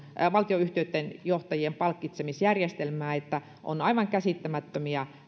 valtionyhtiöitten johtajien palkitsemisjärjestelmää aivan käsittämättömiä